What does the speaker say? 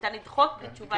ניתן לדחות בלי תשובה,